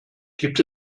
gibt